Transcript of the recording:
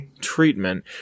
treatment